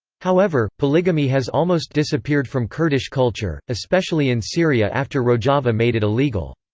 however, polygamy has almost disappeared from kurdish culture, especially in syria after rojava made it illegal.